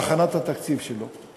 על הכנת התקציב שלו.